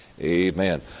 amen